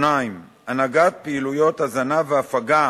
2. הנהגת פעילויות הזנה והפגה